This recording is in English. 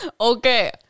Okay